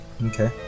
Okay